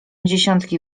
dziesiątki